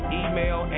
email